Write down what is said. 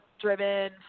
driven